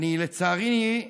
לצערי,